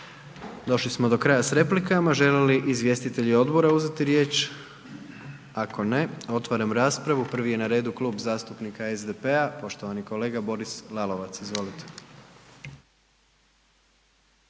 Došli smo do kraja s replikama. Žele li izvjestitelji odbora uzeti riječ? Ako ne, otvaram raspravu. Prvi je na redu Klub zastupnika SDP-a, poštovani kolega Boris Lalovac. Izvolite.